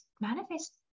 manifest